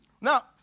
Now